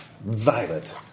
Violet